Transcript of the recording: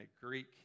Greek